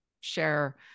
share